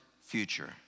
future